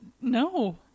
No